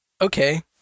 Okay